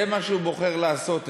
זה מה שהוא בוחר לעשות.